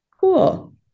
Cool